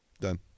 Done